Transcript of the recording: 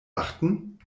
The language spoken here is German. achten